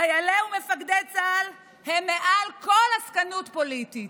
חיילי ומפקדי צה"ל הם מעל כל עסקנות פוליטית.